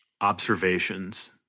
observations